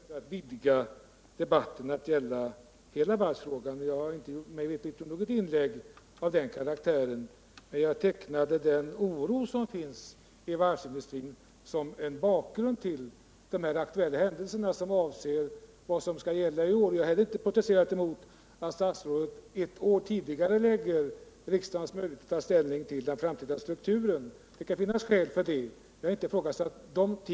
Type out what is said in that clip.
Herr talman! Jag har inte strävat efter att vidga debatten till att gälla hela varvsfrågan — jag har mig veterligt inte gjort något inlägg som haft den karaktären. Som bakgrund till de aktuella händelserna och diskussionerna om vad som skall gälla i år tecknade jag den oro som finns inom varvsindustrin. Jag har inte heller protesterat mot att statsrådet ett år tidigare än beräknat ger riksdagen möjlighet att ta ställning till varvsindustrins framtida struktur. Det kan finnas skäl för det. Jag har inte ifrågasatt det.